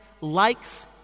likes